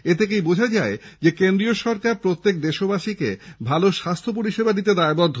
এথেকেই বোঝা যায় সরকার প্রত্যেক দেশবাসীকে ভালো স্বাস্থ্য পরিষেবা দিতে দায়বদ্ধ